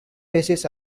races